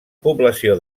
població